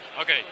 okay